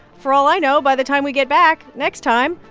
for all i know, by the time we get back next time,